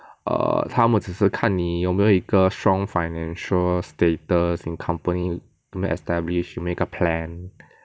err 他们只是看你有没有一个 strong financial status and company 有没有 establish 有没有一个 plan